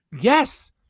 Yes